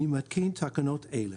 אני מתקין תקנות אלה: